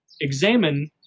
examine